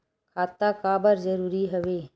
खाता का बर जरूरी हवे?